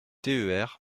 ter